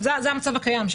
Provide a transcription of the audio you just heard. זה המצב הקיים,